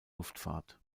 luftfahrt